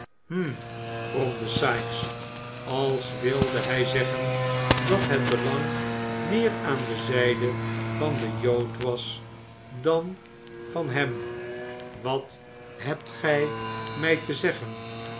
hm bromde sikes als wilde hij zeggen dat het belang meer aan de zijde van den jood was dan van hem wat hebt gij mij te zeggen